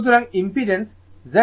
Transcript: সুতরাং impedance ZX0